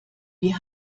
wie